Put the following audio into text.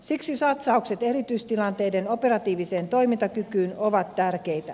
siksi satsaukset erityistilanteiden operatiiviseen toimintakykyyn ovat tärkeitä